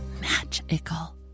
magical